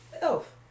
Elf